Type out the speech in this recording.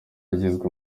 yagizwe